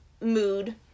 mood